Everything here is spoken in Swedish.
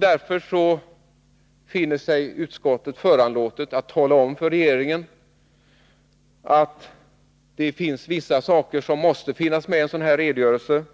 Därför finner sig utskottet föranlåtet att tala om för regeringen, att det är vissa saker som måste finnas med i en sådan här redogörelse.